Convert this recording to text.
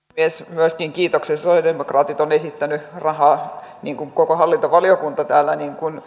myöskin kiitokset sosiaalidemokraatit on esittänyt rahaa niin kuin koko hallintovaliokunta täällä polii